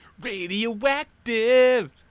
Radioactive